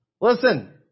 listen